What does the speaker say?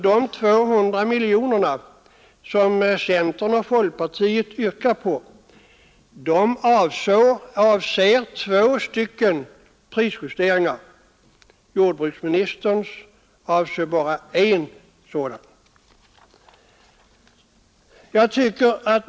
De 200 miljoner kronor som centern och folkpartiet yrkar på avser alltså två prisjusteringar. Jordbruksministerns förslag avser bara en sådan.